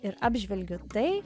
ir apžvelgiu tai